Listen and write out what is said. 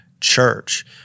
church